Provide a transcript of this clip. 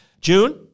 June